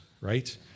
right